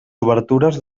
obertures